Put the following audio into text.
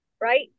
right